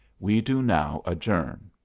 we do now adjourn.